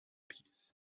piece